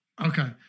Okay